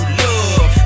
love